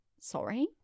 Sorry